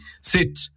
sit